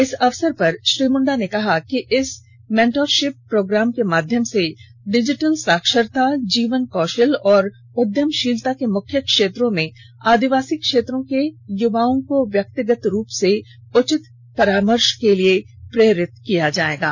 इस अयसर पर श्री मुंडा ने कहा कि इस मेंटरशिप प्रोग्राम के माध्यम से हम डिजिटल साक्षरता जीवन कौशल और उद्यमशीलता के मुख्य क्षेत्रों में आदिवासी क्षेत्रों की युवाओं को व्यक्तिगत रूप से उचित परामर्श के लिए प्रेरित करेंगे